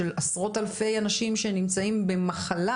של עשרות אלפי אנשים שנמצאים במחלה,